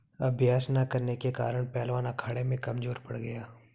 अभ्यास न करने के कारण पहलवान अखाड़े में कमजोर पड़ गया